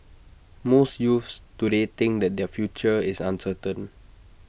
most youths today think that their future is uncertain